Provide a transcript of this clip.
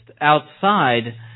outside